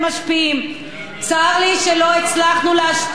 צר לי שלא הצלחנו להשפיע בנושא המע"מ.